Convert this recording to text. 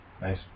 nice